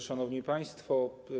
Szanowni Państwo!